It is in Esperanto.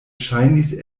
ŝajnis